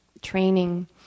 training